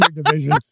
division